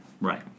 Right